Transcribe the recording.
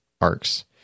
arcs